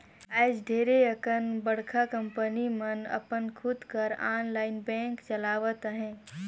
आएज ढेरे अकन बड़का कंपनी मन अपन खुद कर आनलाईन बेंक चलावत अहें